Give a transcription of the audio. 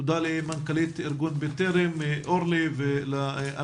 תודה למנכ"לית ארגון בטרם אורלי סילבינגר ולחוקר